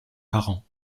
parents